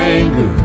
anger